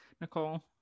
Nicole